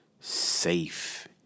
Safe